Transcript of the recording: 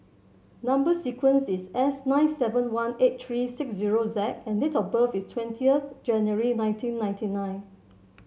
number sequence is S nine seven one eight three six zero Z and date of birth is twentieth January nineteen ninety nine